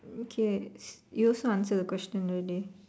okay you also answer the question already